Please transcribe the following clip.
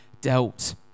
dealt